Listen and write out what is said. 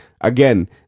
Again